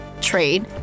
trade